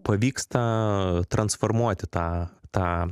pavyksta transformuoti tą tą